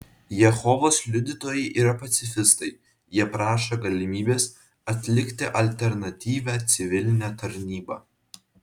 jehovos liudytojai yra pacifistai jie prašo galimybės atlikti alternatyvią civilinę tarnybą